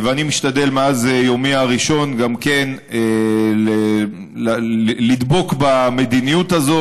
אני משתדל מאז יומי הראשון גם כן לדבוק במדיניות הזו